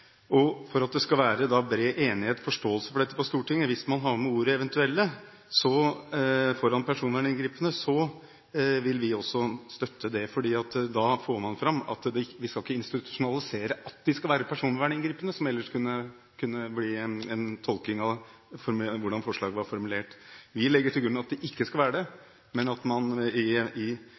For at det skal være bred enighet – forståelse for dette – på Stortinget hvis man har med ordet «eventuelle», foran ordet «personverninngripende», vil vi også støtte forslaget. Da får man fram at vi ikke skal institusjonalisere at det skal være personverninngripende, som ellers kunne bli en tolking slik forslaget var formulert. Vi legger til grunn at det ikke skal være slik, og at man